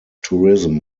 tourism